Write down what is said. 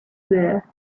there